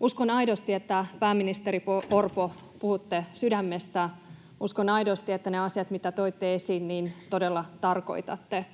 Uskon aidosti, pääministeri Orpo, että puhutte sydämestä. Uskon aidosti, että niitä asioita, mitä toitte esiin, todella tarkoitatte.